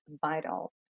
vital